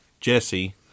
Jesse